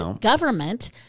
government